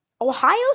Ohio